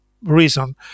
reason